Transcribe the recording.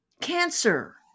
Cancer